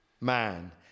man